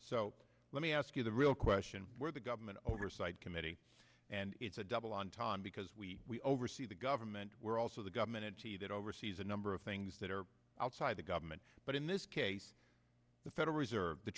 so let me ask you the real question where the government oversight committee and it's a double on tom because we we oversee the government we're also the government entity that oversees a number of things that are outside the government but in this case the federal reserve the